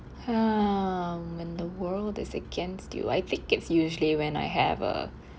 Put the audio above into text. hmm when the world that's against you I think it's usually when I have a